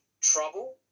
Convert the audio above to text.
trouble